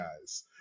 guys